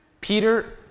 Peter